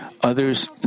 others